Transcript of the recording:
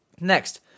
Next